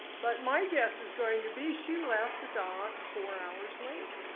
but my guess is going to be she left the dock four hours late.